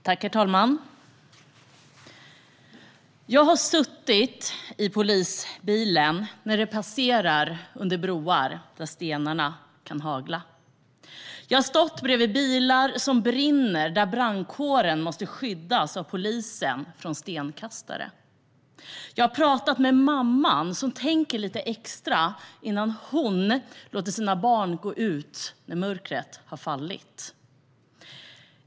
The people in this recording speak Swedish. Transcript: Herr talman! Jag har suttit i polisbilen när den passerar under broar där stenarna kan hagla. Jag har stått bredvid bilar som brinner där brandkåren måste skyddas av polisen från stenkastare. Jag har pratat med mamman som tänker lite extra innan hon låter sina barn gå ut när mörkret har fallit.